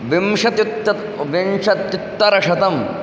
विंशत्युत्तर विंशत्युत्तरशतम्